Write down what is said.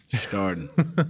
starting